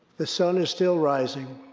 the sun is still rising,